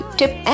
tip